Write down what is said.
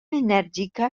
enèrgica